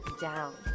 down